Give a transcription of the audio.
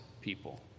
people